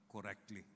correctly